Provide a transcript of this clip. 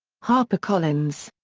harpercollins.